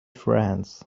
friends